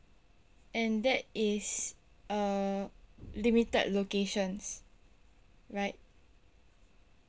and that is uh limited locations right